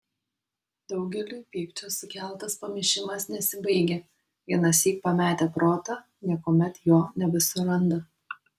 daugeliui pykčio sukeltas pamišimas nesibaigia vienąsyk pametę protą niekuomet jo nebesuranda